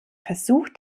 versuch